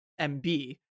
MB